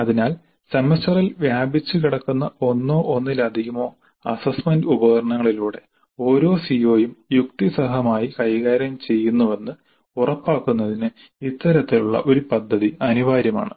അതിനാൽ സെമസ്റ്ററിൽ വ്യാപിച്ചുകിടക്കുന്ന ഒന്നോ അതിലധികമോ അസ്സസ്സ്മെന്റ് ഉപകരണങ്ങളിലൂടെ ഓരോ സിഒയും യുക്തിസഹമായി കൈകാര്യം ചെയ്യുന്നുവെന്ന് ഉറപ്പാക്കുന്നതിന് ഇത്തരത്തിലുള്ള ഒരു പദ്ധതി അനിവാര്യമാണ്